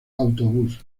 autobús